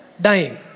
dying